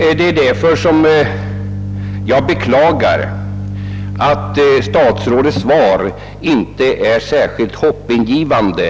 Jag beklagar emellertid att statsrådets svar åtminstone på kort sikt inte är särskilt hoppingivande.